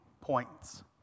points